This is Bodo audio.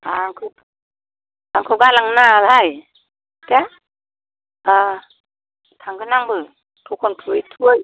आंखौ आंखौ गालांनाङाहाय दे थांगोन आंबो थखन थुयै थुयै